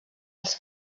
els